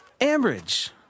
Ambridge